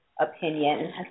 opinion